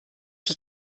die